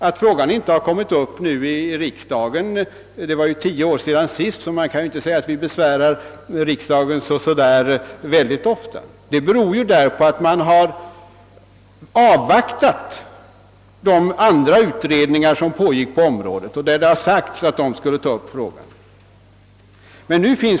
Det var tio år sedan denna fråga senast togs upp här i riksdagen. Man kan därför inte säga att vi besvärar riksdagen så ofta. Vi har avvaktat vilka resul tat de utredningar som har arbetat på området skulle komma fram till.